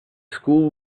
school